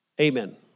Amen